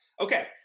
Okay